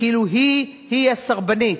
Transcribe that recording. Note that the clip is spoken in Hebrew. כאילו היא היא הסרבנית.